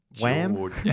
Wham